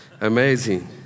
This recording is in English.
amazing